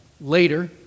later